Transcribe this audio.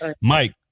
Mike